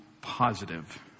positive